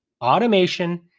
automation